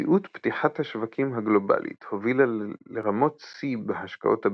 מציאות פתיחת השווקים הגלובלית הובילה לרמות שיא בהשקעות הבינלאומיות,